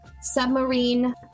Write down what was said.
Submarine